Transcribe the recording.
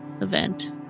event